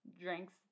drinks